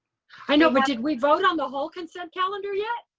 i know but did we vote on the whole consent calendar yet?